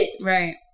Right